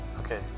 Okay